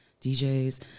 DJs